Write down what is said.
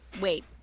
Wait